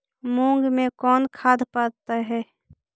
मुंग मे कोन खाद पड़तै है?